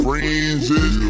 Friends